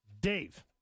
Dave